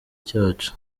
cyacu